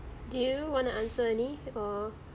do you want to answer any or